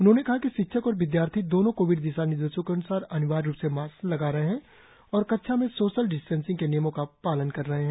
उन्होंने कहा कि शिक्षक और विद्यार्थी दोनों कोविड दिशानिर्देशों के अन्सार अनिवार्य रुप से मास्क लगा रहे है और कक्षा में सोशल डिस्टेंसिंग के नियमों का पालन कर रहे है